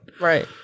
Right